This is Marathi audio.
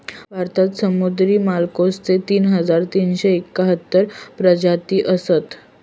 भारतात समुद्री मोलस्कचे तीन हजार तीनशे एकाहत्तर प्रजाती असत